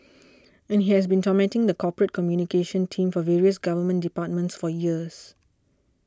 and he has been tormenting the corporate communications team for various government departments for years